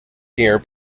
here